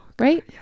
Right